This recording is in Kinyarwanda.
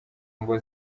ngo